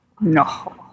No